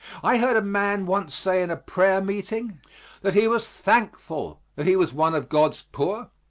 i heard a man once say in a prayer meeting that he was thankful that he was one of god's poor,